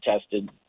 tested